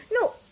no